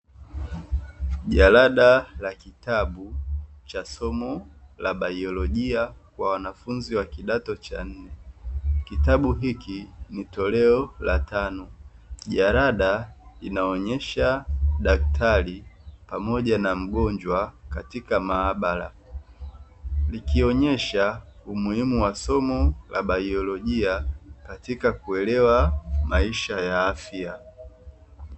Jalada la kitabu cha somo la baiolojia kwa wanafunzi wa kidato cha nne. Kitabu hiki ni toleo la tano. Jalada linaonyesha daktari pamoja na mgonjwa katika maabara, ikionyesha umuhimu wa somo la baiolojia katika kuelewa maisha ya afya.